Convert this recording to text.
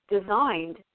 designed